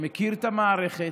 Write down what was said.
שמכיר את המערכת,